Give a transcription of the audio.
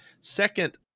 Second